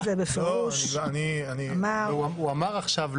23 בפברואר 2022. על סדר-היום: ערעורו של חבר הכנסת